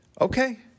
okay